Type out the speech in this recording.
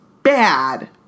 bad